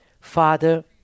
Father